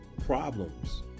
problems